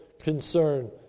concern